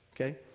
okay